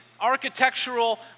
architectural